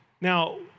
Now